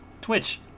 Twitch